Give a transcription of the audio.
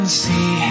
see